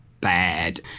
Bad